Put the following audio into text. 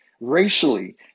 racially